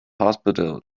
hospital